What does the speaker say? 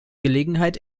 gelegenheit